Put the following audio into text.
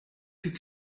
fut